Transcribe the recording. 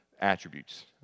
attributes